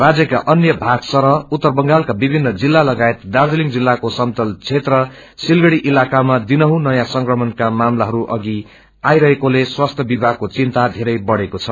राज्यका अन्य भाग सरह उत्तर बंगालका विभिन्न जिल्ला लगायत दाज्रीलिङ जिल्लाको समतल क्षेत्र सिलगड़ी इलाकामा दिनहुँ नयाँ संक्रमणका मामिलाहरू अघि आइरहेक्व्रेले स्वास्थ्य विभागको विन्ता धेरै बढ़ेर गएको छ